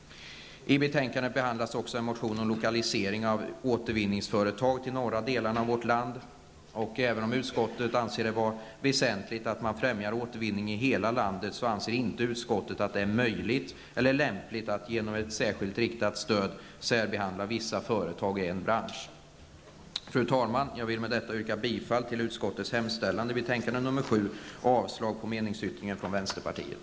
I betänkandet behandlas också en motion om lokalisering av återvinningsföretag till norra delarna av vårt land. Även om utskottet anser att det är väsentligt att främja återvinning i hela landet, så säger man att det inte är möjligt eller lämpligt att genom ett riktat stöd särbehandla vissa företag i en särskild bransch. Fru talman! Med detta yrkar jag bifall till utskottets hemställan i betänkandet NU7 och avslag på meningsyttringen från vänsterpartiet.